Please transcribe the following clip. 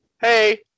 hey